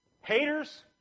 Haters